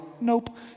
Nope